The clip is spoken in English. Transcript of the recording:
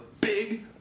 big